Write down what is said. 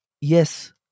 yes